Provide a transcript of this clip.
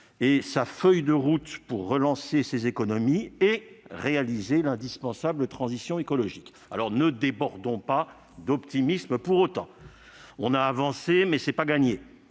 de l'Union européenne pour relancer ses économies et réaliser l'indispensable transition écologique. Ne débordons pas d'optimisme pour autant : on a avancé, mais ce n'est pas gagné.